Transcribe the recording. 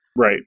Right